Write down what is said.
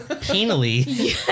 penally